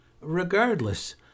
Regardless